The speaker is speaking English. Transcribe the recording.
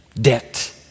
Debt